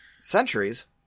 Centuries